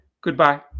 Goodbye